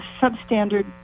substandard